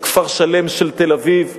בכפר-שלם בתל-אביב.